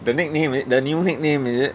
the nickname is it the new nickname is it